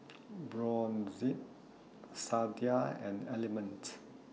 Brotzeit Sadia and Element